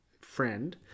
friend